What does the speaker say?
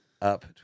Up